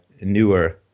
newer